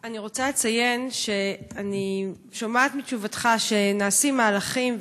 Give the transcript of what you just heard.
אני רוצה לציין שאני שומעת מתשובתך שנעשים מהלכים,